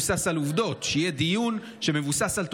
שיהיה דיון שמבוסס על עובדות,